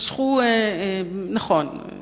משכו 30 מיליון שקל דיבידנד.